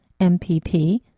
MPP